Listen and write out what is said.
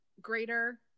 greater